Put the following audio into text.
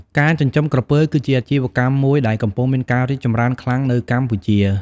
ការចិញ្ចឹមក្រពើ គឺជាអាជីវកម្មមួយដែលកំពុងមានការរីកចម្រើនខ្លាំងនៅកម្ពុជា។